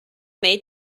may